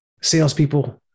salespeople